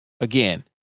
again